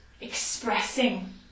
expressing